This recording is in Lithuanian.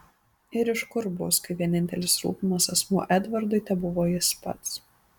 ir iš kur bus kai vienintelis rūpimas asmuo edvardui tebuvo jis pats